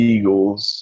Eagles